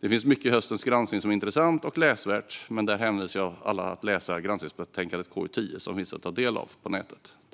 Det finns mycket i höstens granskning som är intressant och läsvärt, men jag hänvisar alla till att läsa granskningsbetänkande KU10, som finns att ta del av på nätet.